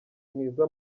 mwiza